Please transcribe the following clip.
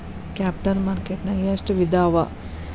Capital market ನ್ಯಾಗ್ ಎಷ್ಟ್ ವಿಧಾಅವ?